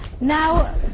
Now